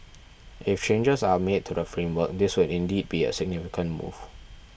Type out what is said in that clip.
if changes are made to the framework this would indeed be a significant move